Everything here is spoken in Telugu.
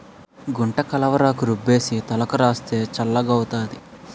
గుంటకలవరాకు రుబ్బేసి తలకు రాస్తే చల్లగౌతాది